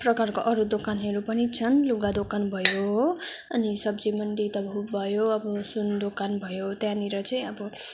प्रकारको अरू दोकानहरू पनि छन् लुगा दोकान भयो हो अनि सब्जी मन्डी तपाईँको भयो अब सुन दोकान भयो त्यहाँनिर चाहिँ अब